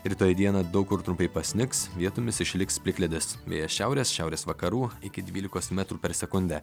rytoj dieną daug kur trumpai pasnigs vietomis išliks plikledis vėjas šiaurės šiaurės vakarų iki dvylikos metrų per sekundę